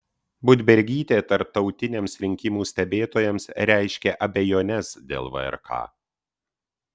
budbergytė tarptautiniams rinkimų stebėtojams reiškia abejones dėl vrk